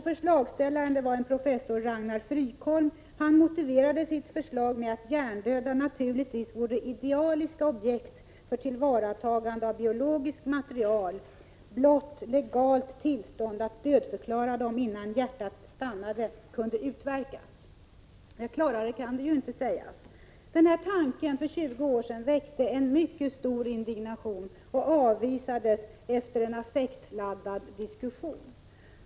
Förslagsställaren, en professor Ragnar Frykholm, motiverade sitt förslag med att hjärndöda naturligtvis vore idealiska objekt för tillvaratagande av biologiskt material, blott legalt tillstånd att dödförklara dem innan hjärtat stannade kunde utverkas. Klarare kan det ju inte sägas. Den här tanken för 20 år sedan väckte mycket stor indignation och avvisades efter en affektladdad diskussion.